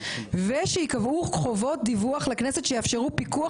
ושייקבעו חובות דיווח לכנסת שיאפשרו פיקוח